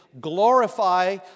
glorify